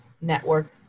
Network